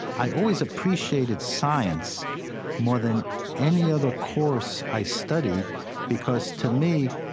i always appreciated science more than any other course i studied because, to me,